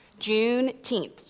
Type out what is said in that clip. Juneteenth